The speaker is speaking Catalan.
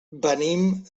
venim